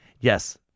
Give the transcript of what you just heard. Yes